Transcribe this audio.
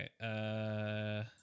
okay